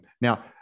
Now